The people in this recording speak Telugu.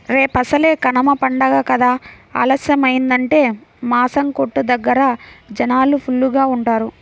రేపసలే కనమ పండగ కదా ఆలస్యమయ్యిందంటే మాసం కొట్టు దగ్గర జనాలు ఫుల్లుగా ఉంటారు